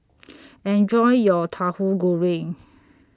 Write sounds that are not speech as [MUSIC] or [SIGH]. [NOISE] Enjoy your Tahu Goreng